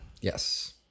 Yes